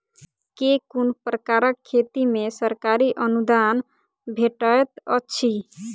केँ कुन प्रकारक खेती मे सरकारी अनुदान भेटैत अछि?